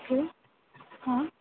okay हां